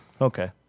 Okay